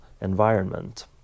environment